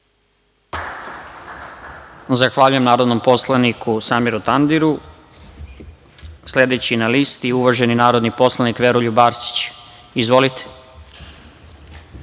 Zahvaljujem narodnom poslaniku Samiru Tandiru. Sledeći na listi, uvaženi narodni poslanik Veroljub Arsić. **Veroljub